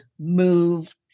Move